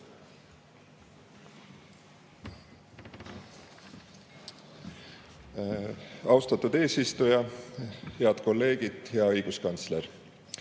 Austatud eesistuja! Head kolleegid! Hea õiguskantsler!